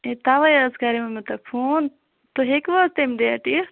ہےٚ تَوے حظ کَریو مےٚ تۄہہِ فوٗن تُہۍ ہیٚکوا حظ تَمہِ ڈیٹہٕ یِتھ